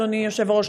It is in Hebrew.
אדוני היושב-ראש,